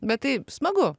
bet tai smagu